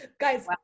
Guys